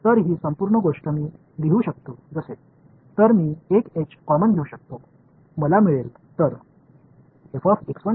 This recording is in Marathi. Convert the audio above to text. तर ही संपूर्ण गोष्ट मी लिहू शकतो जसे तर मी एक एच कॉमन घेऊ शकतो मला मिळेल